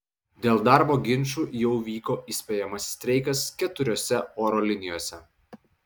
dėl darbo ginčų jau vyko įspėjamasis streikas keturiose oro linijose